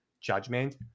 judgment